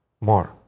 more